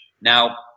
Now